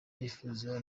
nifuza